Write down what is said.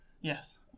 Yes